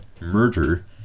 murder